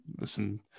Listen